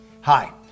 Hi